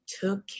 took